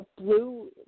blue